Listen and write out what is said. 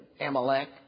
Amalek